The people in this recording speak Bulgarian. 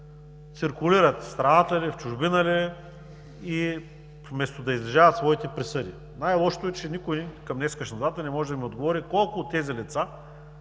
циркулират в страната или в чужбина, вместо да излежават своите присъди. Най-лошото е, че никой към днешна дата не може да ми отговори колко от тези лица,